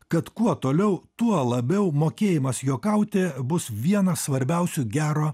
kad kuo toliau tuo labiau mokėjimas juokauti bus vienas svarbiausių gero